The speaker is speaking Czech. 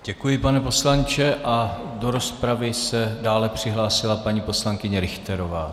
Děkuji pane, pane poslanče, a do rozpravy se dále přihlásila paní poslankyně Richterová.